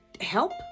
help